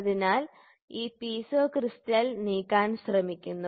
അതിനാൽ ഈ piezo crystal നീക്കാൻ ശ്രമിക്കുന്നു